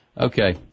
Okay